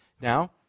now